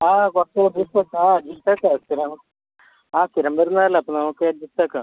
ആ കുറച്ച് കുറച്ച് ഇപ്പം ആ ജി എത്രയാവുമ്പം ആ സ്ഥിരം വരുന്നതല്ലേ അപ്പം നമുക്ക് അഡ്ജസ്റ്റ് ആക്കാം